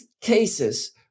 cases